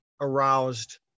aroused